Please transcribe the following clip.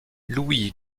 louis